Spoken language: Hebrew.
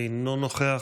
אינו נוכח,